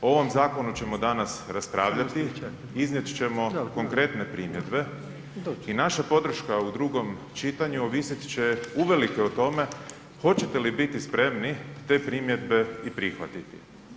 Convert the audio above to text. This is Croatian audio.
O ovom zakonu ćemo danas raspravljati, iznijet ćemo konkretne primjedbe i naša podrška u drugom čitanju ovisit će uvelike o tome hoćete li biti spremni te primjedbe i prihvatiti.